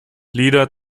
lieder